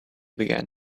began